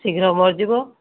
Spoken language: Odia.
ଶୀଘ୍ର ମରିଯିବ